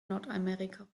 nordamerika